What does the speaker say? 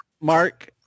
Mark